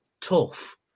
Tough